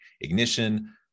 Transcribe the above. Ignition